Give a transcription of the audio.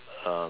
um